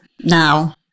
now